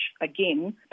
again